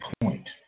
point